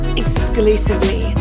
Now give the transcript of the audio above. exclusively